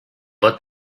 but